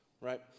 Right